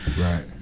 Right